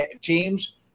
teams